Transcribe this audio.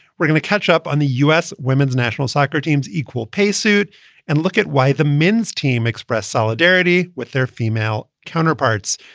we're going to catch up on the u s. women's national soccer teams equal pay suit and look at why the men's team express solidarity with their female counterparts.